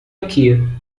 aqui